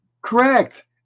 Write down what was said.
Correct